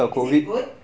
is it good